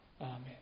Amen